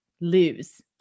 lose